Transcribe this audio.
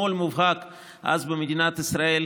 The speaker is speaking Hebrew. עם השמאל המובהק אז במדינת ישראל,